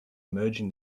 merging